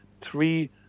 three